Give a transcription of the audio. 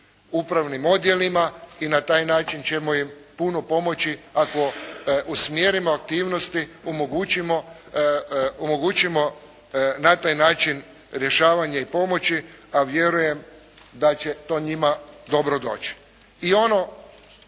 upravnim odjelima i na taj način ćemo im puno pomoći ako usmjerimo aktivnosti, omogućimo na taj način rješavanje i pomoći, a vjerujem da će to njima dobro doći.